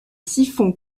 siphon